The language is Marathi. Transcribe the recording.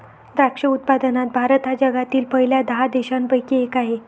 द्राक्ष उत्पादनात भारत हा जगातील पहिल्या दहा देशांपैकी एक आहे